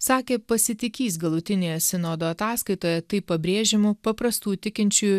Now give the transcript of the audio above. sakė pasitikįs galutinėje sinodo ataskaitoje taip pabrėžiamu paprastų tikinčiųjų